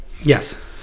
yes